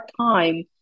time